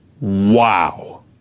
Wow